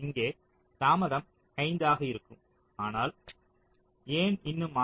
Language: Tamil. இங்கே தாமதம் 5 ஆக இருக்கும் ஆனால் ஏன் இன்னும் 6